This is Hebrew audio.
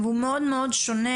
והוא מאוד מאוד שונה,